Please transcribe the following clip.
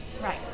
Right